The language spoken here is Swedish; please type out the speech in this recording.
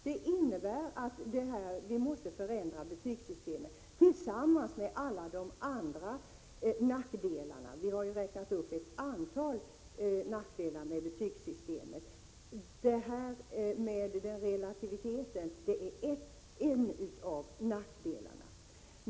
Det innebär att vi måste förändra betygssystemet. Vi måste även komma till rätta med alla andra nackdelar. Vi har ju räknat upp ett antal nackdelar med det nuvarande betygssystemet. Relativiteten är en av nackdelarna.